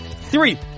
Three